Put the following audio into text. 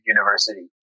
University